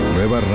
Nueva